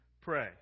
pray